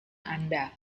anda